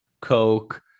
coke